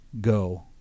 go